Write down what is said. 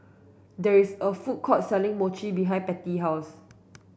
there is a food court selling Mochi behind Patty house